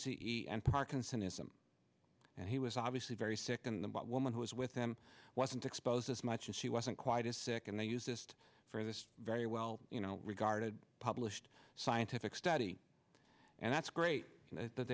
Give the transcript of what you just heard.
ism and he was obviously very sick and what woman who was with them wasn't exposed as much as she wasn't quite as sick and they used just for this very well you know regarded published scientific study and that's great that